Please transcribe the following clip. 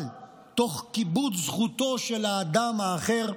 אבל תוך כיבוד זכותו של האדם האחר,